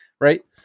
right